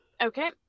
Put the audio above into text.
okay